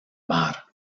mar